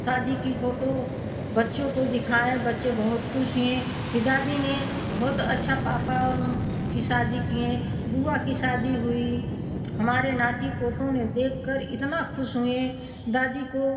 शादी की फ़ोटो बच्चों को दिखाएँ बच्चे बहुत ख़ुश हैं कि दादी ने बहुत अच्छा पापा और की शादी किएँ बुआ की शादी हुई हमारे नाती पोतों ने देखकर इतना ख़ुश हुए दादी को